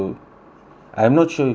I'm not sure if you know